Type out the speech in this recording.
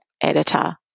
editor